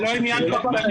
זה לא עניין פרטני.